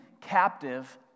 captive